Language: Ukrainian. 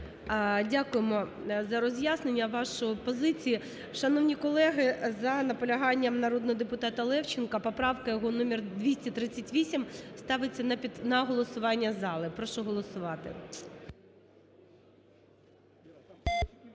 Дякуємо за роз'яснення вашої позиції. Шановні колеги, за наполяганням народного депутата Левченка, поправка його номер 238 ставиться на голосування зали. Прошу голосувати.